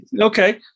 Okay